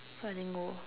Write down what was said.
so I didn't go